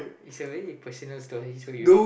it's a very personal story so you s~